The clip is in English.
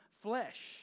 flesh